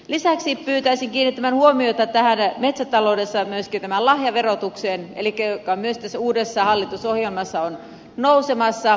lisäksi pyytäisin kiinnittämään huomiota metsätalouden lahjaverotukseen joka on myös tässä uudessa hallitusohjelmassa nousemassa